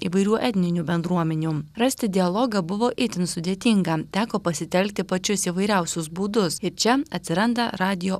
įvairių etninių bendruomenių rasti dialogą buvo itin sudėtinga teko pasitelkti pačius įvairiausius būdus ir čia atsiranda radijo